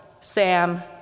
Sam